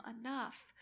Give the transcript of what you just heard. enough